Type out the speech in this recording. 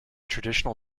traditional